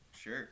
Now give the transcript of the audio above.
Sure